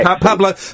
Pablo